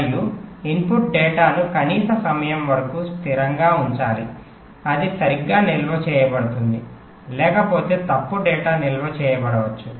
మరియు ఇన్పుట్ డేటాను కనీస సమయం వరకు స్థిరంగా ఉంచాలి అది సరిగ్గా నిల్వ చేయబడుతుంది లేకపోతే తప్పు డేటా నిల్వ చేయబడవచ్చు